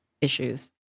issues